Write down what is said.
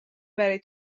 برای